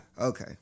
Okay